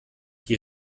die